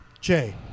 Jay